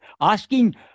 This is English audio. Asking